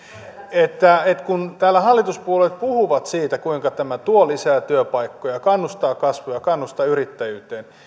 kun täällä hallituspuolueet puhuvat siitä kuinka tämä tuo lisää työpaikkoja kannustaa kasvuun ja kannustaa yrittäjyyteen